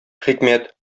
хикмәт